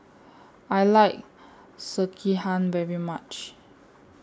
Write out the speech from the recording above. I like Sekihan very much